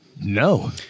No